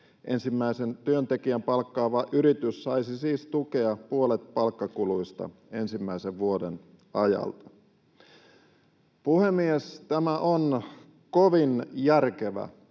Ensimmäisen työntekijän palkkaava yritys saisi siis tukea puolet palkkakuluista ensimmäisen vuoden ajalta. Puhemies! Tämä on kovin järkevä